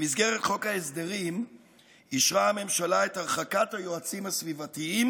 במסגרת חוק ההסדרים אישרה הממשלה את הרחקת היועצים הסביבתיים